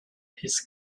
his